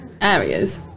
areas